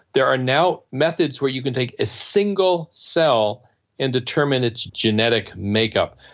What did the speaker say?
there are now methods where you can take a single cell and determine its genetic make-up.